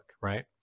right